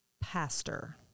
pastor